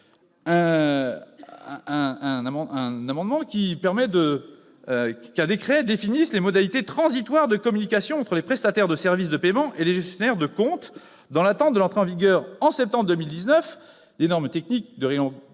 un amendement tendant à ce qu'un décret définisse des modalités transitoires de communication entre les prestataires de services de paiement et les gestionnaires de compte, dans l'attente de l'entrée en vigueur, en septembre 2019, des normes techniques de